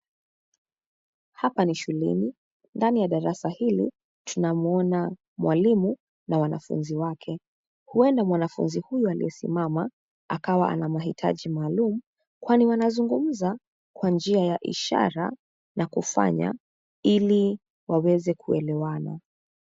Hapa ni shuleni ndani ya darasa hili tunamuona mwalimu na wanafunzi wake huenda mwanafunzi huyu aliyesimama akawa ana mahitaji maalum kwani wana zungumuza kwa njia ya ishara na kufanya ili waweze kuelewana.